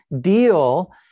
deal